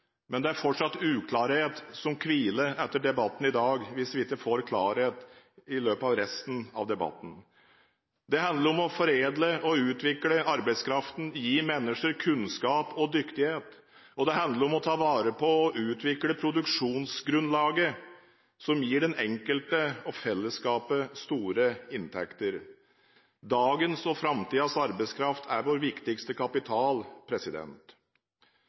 men det er fortsatt uklarhet som hviler etter debatten i dag, hvis vi ikke får klarhet i løpet av resten av debatten. Det handler om å foredle og utvikle arbeidskraften, gi mennesker kunnskap og dyktighet, og det handler om å ta vare på og utvikle produksjonsgrunnlaget, som gir den enkelte og fellesskapet store inntekter. Dagens og framtidens arbeidskraft er vår viktigste kapital.